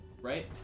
Right